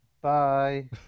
bye